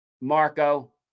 Marco